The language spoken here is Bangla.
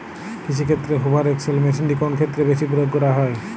কৃষিক্ষেত্রে হুভার এক্স.এল মেশিনটি কোন ক্ষেত্রে বেশি প্রয়োগ করা হয়?